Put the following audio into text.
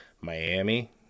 Miami